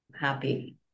happy